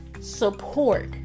support